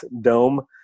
Dome